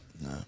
No